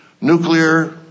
nuclear